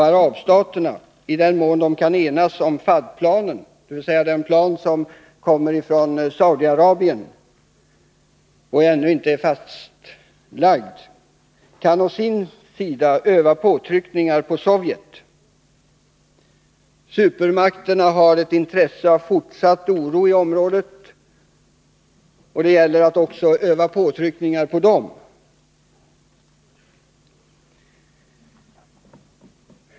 Arabstaterna å sin sida kan, i den mån de enats om Fahdplanen — dvs. den plan som kommer från Saudiarabien och som ännu inte är fastlagd — öva påtryckningar på Sovjet. Supermakterna har ett intresse av fortsatt oro i området, och det gäller att också öva påtryckningar på dem.